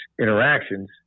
interactions